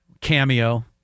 cameo